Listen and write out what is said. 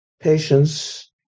Patience